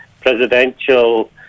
presidential